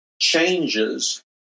changes